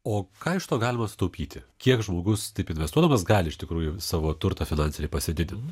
o ką iš to galima sutaupyti kiek žmogus taip investuodamas gali iš tikrųjų savo turtą finansinį pasididin